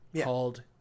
called